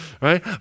right